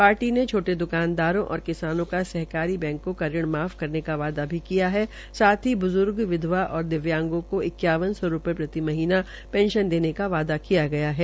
party ने छोटे द्रकानदारों और किसानों का सहकारी बैंको का ऋण माफ करने का वादा भी किया है साथ ही ब्ज्र्ग विधवा और दिव्यांगों का इक्वावन सौ रूपये प्रति महीना पेंशन देने का वादा किया गया है